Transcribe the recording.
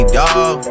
dawg